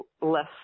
Less